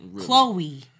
Chloe